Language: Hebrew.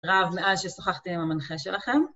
רב נעש ששוחחתי עם המנחה שלכם.